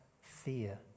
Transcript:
fear